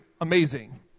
amazing